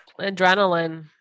Adrenaline